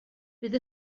bydd